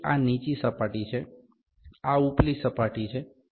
તેથી આ નીચી સપાટી છે આ ઉપલી સપાટી છે